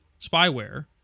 spyware